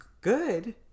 good